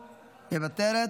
מוותרת.